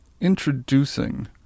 introducing